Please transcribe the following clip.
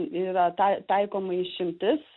yra tai taikoma išimtis